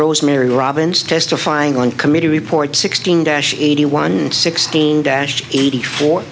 rosemary robbins testifying on committee report sixteen dash eighty one sixteen dash eighty four